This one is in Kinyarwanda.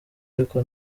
ariko